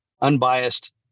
unbiased